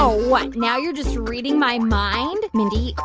ah what? now you're just reading my mind? mindy,